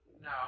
No